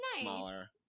smaller